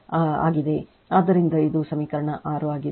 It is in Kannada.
ಆದ್ದರಿಂದ ಇದು ಸಮೀಕರಣ 6 ಆಗಿದೆ